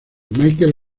michael